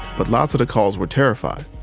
but lots of the callers were terrified,